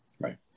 Right